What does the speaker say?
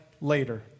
later